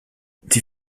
die